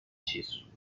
disso